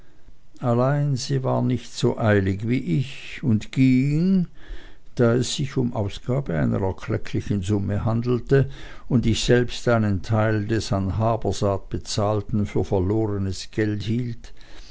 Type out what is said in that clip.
allein sie war nicht so eilig wie ich und ging da es sich um ausgabe einer erklecklichen summe handelte und ich selbst einen teil des an habersaat bezahlten für verlorenes geld hielt